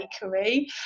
bakery